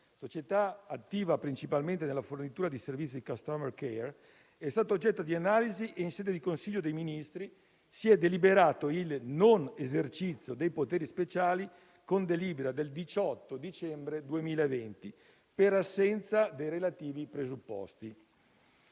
società attiva principalmente della fornitura di servizi di *customer care*, è stata oggetto di analisi e in sede di Consiglio dei ministri si è deliberato il non esercizio dei poteri speciali, con delibera del 18 dicembre 2020, per assenza dei relativi presupposti.